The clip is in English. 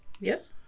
Yes